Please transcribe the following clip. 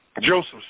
Joseph